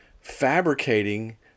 fabricating